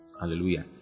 Hallelujah